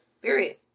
Period